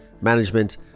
management